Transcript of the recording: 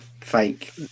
fake